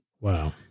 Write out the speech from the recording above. Wow